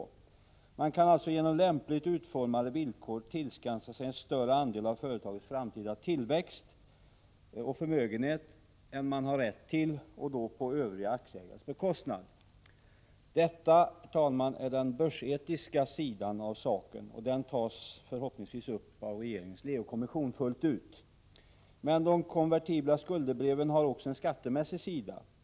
Om villkoren är lämpligt utformade, kan man alltså tillskansa sig en större andel av företagets framtida tillväxt och förmögenhet än man har rätt till. Det sker då på övriga aktieägares bekostnad. Detta, herr talman, är den börsetiska sidan av saken. Den frågan tas förhoppningsvis upp fullt ut av den av regeringen tillsatta Leo-kommissionen. Men de konvertibla skuldebreven har också en skattemässig sida.